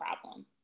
problem